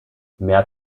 mehr